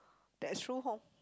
that's true home